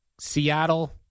Seattle